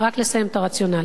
רק לסיים את הרציונל.